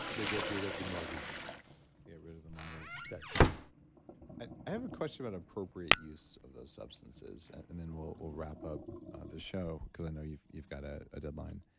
they get rid of the models get rid of the models? that's it i have a question about appropriate use of those substances, and then we'll we'll wrap up the show because i know you've you've got ah a deadline.